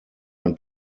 ein